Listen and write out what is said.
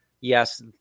yes